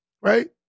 right